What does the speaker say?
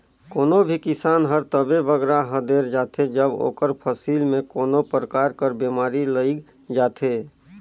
कोनो भी किसान हर तबे बगरा हदेर जाथे जब ओकर फसिल में कोनो परकार कर बेमारी लइग जाथे